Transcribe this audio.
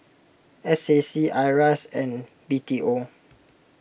S A C Iras and B T O